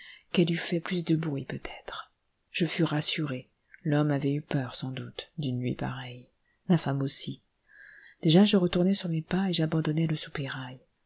qu'elle eût fait plus de bruit peut-être je fus rassuré l'homme avait eu peur sans doute d'une nuit pareille la femme aussi déjà je retournais sur mes pas et j'abandonnais le soupirail